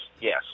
Yes